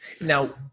Now